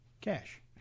cash